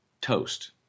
toast